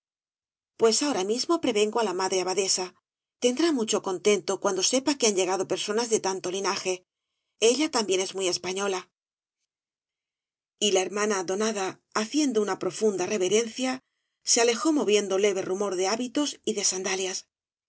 pues ahora mismo prevengo á la madre abadesa tendrá mucho contento cuando sepa que han llegado personas de tanto linaje ella también es muy española y la hermana donada haciendo una profunda reverencia se alejó moviendo leve rumor de hábitos y de sandalias